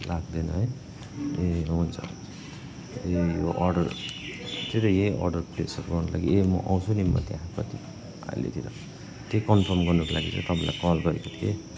लाग्दैन है ए हुन्छ ए अर्डर त्यही त यहि अर्डर प्लेसहरू गर्नुको लागि ए म आउँछु नि म त्यहाँ आहिलेतिर त्यही कनफर्म गर्नको लागि तपाईँलाई कल गरेको थिएँ है